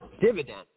dividend